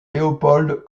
leopold